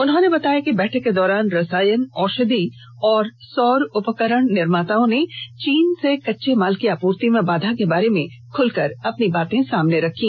उन्होंने बताया कि बैठक के दौरान रसायन औषधि और सौर उपकरण निर्माताओं ने चीन से कच्चे माल की आपूर्ति में बाधा के बारे में खुलकर अपनी बात सामने रखी